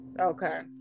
Okay